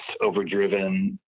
overdriven